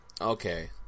Okay